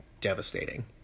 devastating